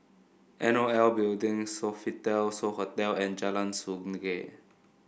N O L Building Sofitel So Hotel and Jalan Sungei